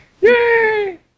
Yay